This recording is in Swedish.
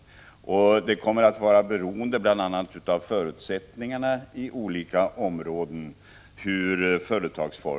Hur företagsformerna utvecklas kommer att vara beroende bl.a. av förutsättningarna i olika områden.